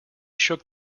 shook